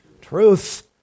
truth